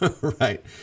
right